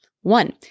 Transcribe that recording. One